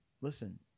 listen